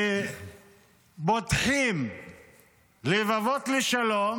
ופותחים לבבות לשלום,